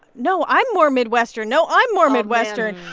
no, i'm more midwestern. no, i'm more midwestern.